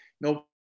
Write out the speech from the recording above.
no